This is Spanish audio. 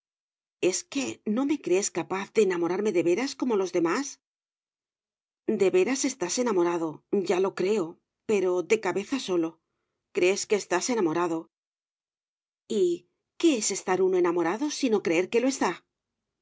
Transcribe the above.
es que no me crees capaz de enamorarme de veras como los demás de veras estás enamorado ya lo creo pero de cabeza sólo crees que estás enamorado y qué es estar uno enamorado sino creer que lo está